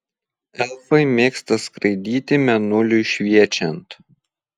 elfai mėgsta skraidyti mėnuliui šviečiant